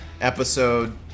episode